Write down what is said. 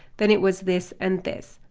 then it was this and this.